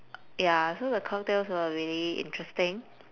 ya so the cocktails were really interesting